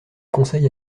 conseils